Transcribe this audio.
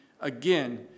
again